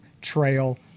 trail